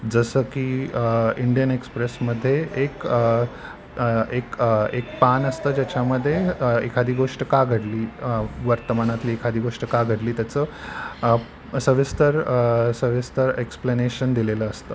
जसं की इंडियन एक्सप्रेसमध्ये एक एक एक पान असतं ज्याच्यामध्ये एखादी गोष्ट का घडली वर्तमानातली एखादी गोष्ट का घडली त्याचं सविस्तर सविस्तर एक्सप्लेनेशन दिलेलं असतं